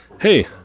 hey